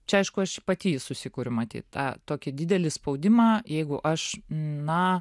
čia aišku aš pati jį susikuriu matyt tą tokį didelį spaudimą jeigu aš na